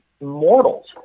mortals